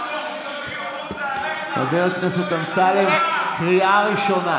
מנסור עבאס לא רוצה שתהיה שר ההתיישבות, נכון?